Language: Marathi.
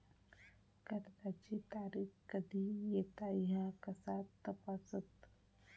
कर्जाची तारीख कधी येता ह्या कसा तपासतत?